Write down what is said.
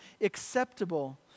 acceptable